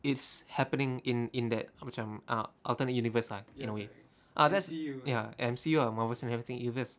it's happening in in that macam ah alternate universe lah in a way ah that~ ya M_C_U Marvel cinematic universe